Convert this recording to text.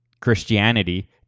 Christianity